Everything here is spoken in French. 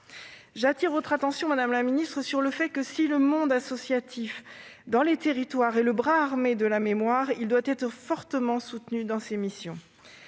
J'attire votre attention, madame la ministre, sur le fait que, si le monde associatif est dans les territoires le bras armé de la mémoire, il doit être fortement soutenu. Quant aux crédits